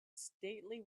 stately